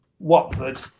Watford